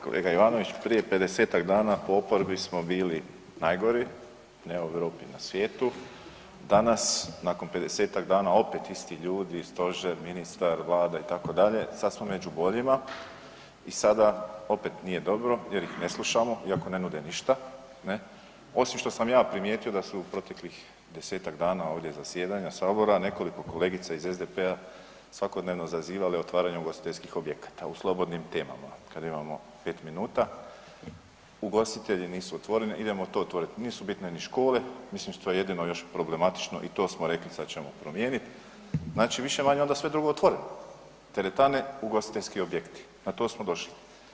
Kolega Ivanović, prije 50-ak dana po oporbi smo bili najgori, ne u Europi, na svijetu, danas nakon 50-ak dana opet isti ljudi, stožer, ministar, Vlada itd., sad smo među boljima i sada opet nije dobro jer ih ne slušamo iako ne nude ništa, ne, osim što sam ja primijetio da su u proteklih 10-ak dana ovdje zasjedanja Sabora, nekoliko kolegica iz SDP-a svakodnevno zazivale otvaranje ugostiteljskih objekata u slobodnim temama kada imamo 5 min, ugostitelji nisu otvoreni, idemo to otvoriti, nisu bitne ni škole, mislim što je jedino još problematično, i to smo rekli sad ćemo promijenit, znači više-manje je onda sve drugo otvoreno, teretane, ugostiteljski objekti, na to smo došli.